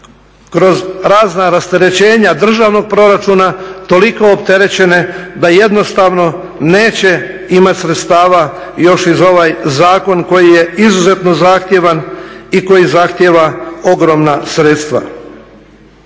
kroz razna rasterećenja državnog proračuna toliko opterećene da jednostavno neće imati sredstava još i za ovaj zakon koji je izuzetno zahtjevan i koji zahtjeva ogromna sredstva.